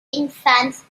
infants